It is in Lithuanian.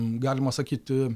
galima sakyti